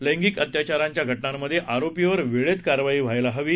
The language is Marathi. लैंगिक अत्याचारांच्या घटनांमधे आरोपीवर वेळेत कारवाई व्हायला हवी